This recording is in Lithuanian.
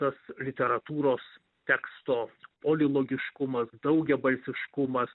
tas literatūros teksto polilogiškumas daugiabalsiškumas